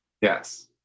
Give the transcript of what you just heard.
Yes